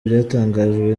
byatangajwe